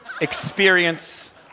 experience